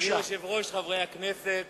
אדוני היושב-ראש, חברי הכנסת,